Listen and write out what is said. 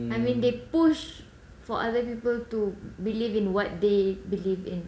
I mean they push for other people to believe in what they believe in